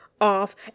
off